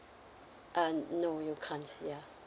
uh no you can't ya